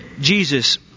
Jesus